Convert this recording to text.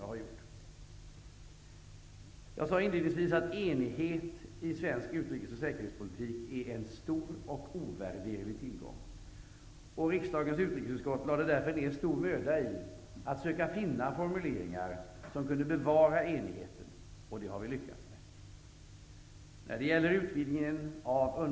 Jag sade inledningsvis att enighet i svensk utrikesoch säkerhetspolitik är en stor och ovärderlig tillgång. Riksdagens utrikesutskott lade därför ned stor möda på att söka finna formuleringar som kunde bevara enigheten, och det lyckades vi med.